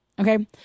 Okay